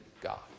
God